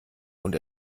und